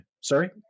sorry